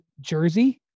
jersey